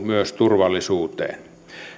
myös turvallisuuteen